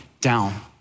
down